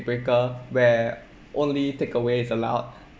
breaker where only take-away is allowed